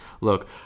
Look